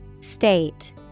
State